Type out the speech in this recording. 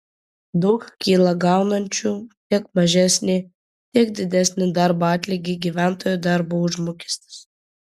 daug kyla gaunančių tiek mažesnį tiek didesnį darbo atlygį gyventojų darbo užmokestis